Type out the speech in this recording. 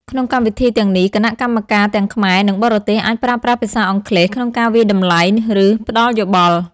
ក្នុងកម្មវិធីទាំងនេះ គណៈកម្មការទាំងខ្មែរនិងបរទេសអាចប្រើប្រាស់ភាសាអង់គ្លេសក្នុងការវាយតម្លៃ ឬផ្តល់យោបល់។